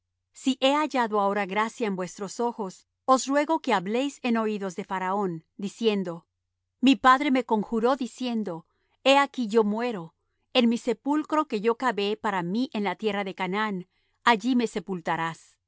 si he hallado ahora gracia en vuestros ojos os ruego que habléis en oídos de faraón diciendo mi padre me conjuró diciendo he aquí yo muero en mi sepulcro que yo cavé para mí en la tierra de canaán allí me sepultarás